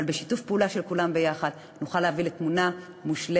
אבל בשיתוף פעולה של כולם ביחד נוכל להביא לתמונה מושלמת,